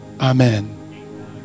Amen